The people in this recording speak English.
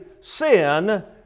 sin